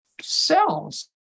cells